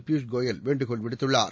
பியூஷ் கோயல் வேண்டுகோள் விடுத்துள்ளார்